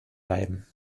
bleiben